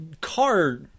car